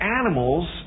animals